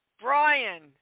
brian